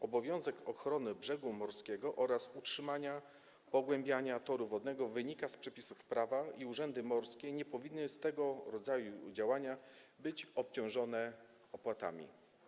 Obowiązek ochrony brzegu morskiego oraz utrzymania/pogłębiania toru wodnego wynika z przepisów prawa i urzędy morskie nie powinny za tego rodzaju działania być obciążane opłatami.